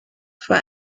vor